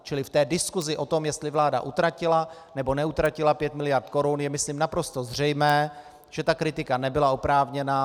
Čili v té diskusi o tom, jestli vláda utratila, nebo neutratila pět miliard korun, je myslím naprosto zřejmé, že ta kritika nebyla oprávněná.